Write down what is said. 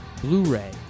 Blu-ray